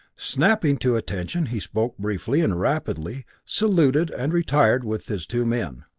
snapping to attention, he spoke briefly and rapidly, saluted and retired with his two men.